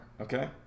Okay